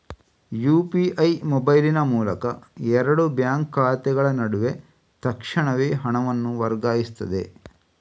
UPI ಮೊಬೈಲಿನ ಮೂಲಕ ಎರಡು ಬ್ಯಾಂಕ್ ಖಾತೆಗಳ ನಡುವೆ ತಕ್ಷಣವೇ ಹಣವನ್ನು ವರ್ಗಾಯಿಸ್ತದೆ